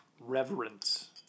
reverence